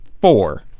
four